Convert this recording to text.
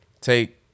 take